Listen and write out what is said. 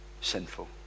sinful